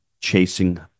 chasing